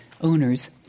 owners